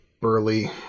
burly